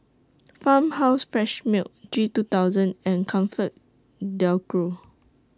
Farmhouse Fresh Milk G two thousand and ComfortDelGro